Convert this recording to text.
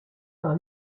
par